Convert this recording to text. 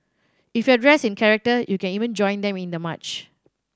if you're dressed in character you can even join them in the march